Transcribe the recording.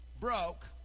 broke